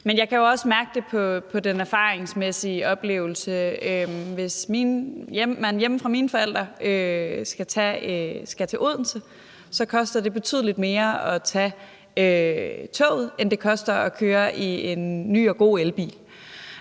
men jeg kan jo også mærke det i oplevelser og erfaringer. Hvis man hjemme fra mine forældre skal til Odense, koster det betydelig mere at tage toget, end det koster at køre i en ny og god elbil.